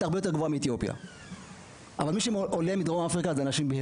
הרבה יותר מאתיופיה אבל מי שעולה מדרום אפריקה הוא בהיר